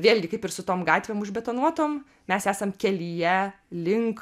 vėlgi kaip ir su tom gatvėm užbetonuotom mes esam kelyje link